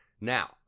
Now